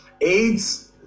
aids